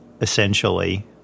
essentially